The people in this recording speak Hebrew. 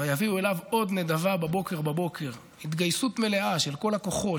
"הביאו אליו עוד נדבה בבקר בבקר" התגייסות מלאה של כל הכוחות,